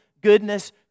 goodness